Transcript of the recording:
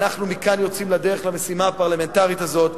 ואנחנו מכאן יוצאים לדרך למשימה הפרלמנטרית הזאת,